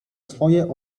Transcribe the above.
swoje